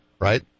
right